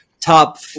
top